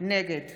נגד